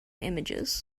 images